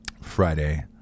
Friday